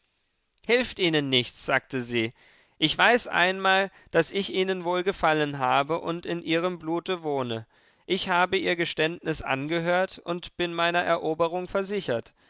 hilft ihnen nichts sagte sie ich weiß einmal daß ich ihnen wohlgefallen habe und in ihrem blute wohne ich habe ihr geständnis angehört und bin meiner eroberung versichert